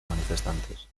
manifestantes